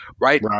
right